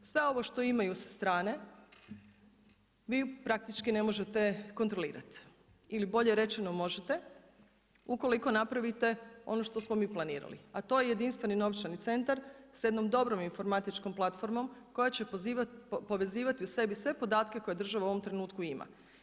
Sve ovo što imaju sa strane vi praktički ne možete kontrolirati ili bolje rečeno možete ukoliko napravite ono što smo mi planirali, a to je jedinstveni novčani centar sa jednom dobrom informatičkom platformom koja će povezivati u sebi sve podatke koje država u ovom trenutku ima.